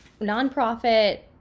nonprofit